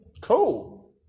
Cool